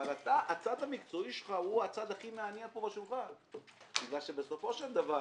אבל הצד המקצועי שלך הוא הצד הכי מעניין פה בשולחן בגלל שבסופו של דבר